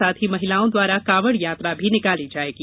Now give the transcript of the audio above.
साथ ही महिलाओं द्वारा कांवड़ यात्रा भी निकाली जाएगी